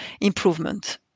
improvement